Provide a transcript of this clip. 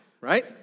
right